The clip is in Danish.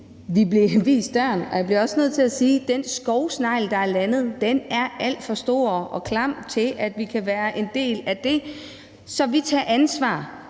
vi blev vist døren. Jeg bliver også nødt til at sige, at den skovsnegl, der er landet, er alt for stor og klam til, at vi kan være en del af det. Så vi tager ansvar